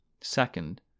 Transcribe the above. Second